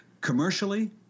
Commercially